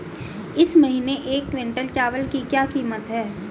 इस महीने एक क्विंटल चावल की क्या कीमत है?